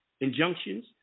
injunctions